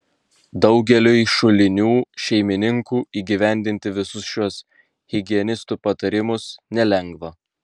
daugeliui šulinių šeimininkų įgyvendinti visus šiuos higienistų patarimus nelengva